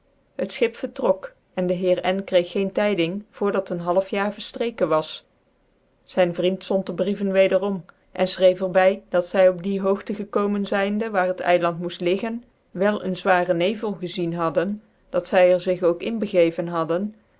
het schip vertrok en dc heer n kreeg geen tyding voor dat een halfjaar vcritreken was zyn vriend zond dc brieven wederom cn fchrcef er by dat zy op die hoogte gekomen zyndc waar het eiland moeft leggen wel een zware nevel gezien hadden dat zy'cr zig ook in begeven hadden